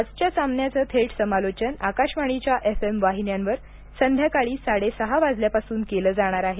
आजच्या सामान्याचं थेट समालोचन आकाशवाणीच्या एफएम वाहिन्यांवर संध्याकाळी साडे सहा वाजल्यापासून केलं जाणार आहे